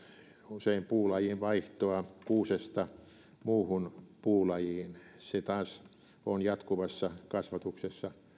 usein puulajin vaihtoa kuusesta muuhun puulajiin se taas on jatkuvassa kasvatuksessa